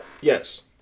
Yes